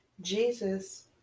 Jesus